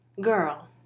girl